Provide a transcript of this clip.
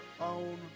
own